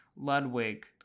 Ludwig